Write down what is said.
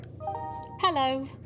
Hello